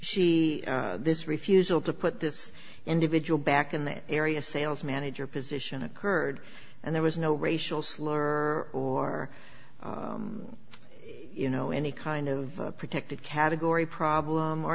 e this refusal to put this individual back in that area sales manager position occurred and there was no racial slur or or you know any kind of protected category problem or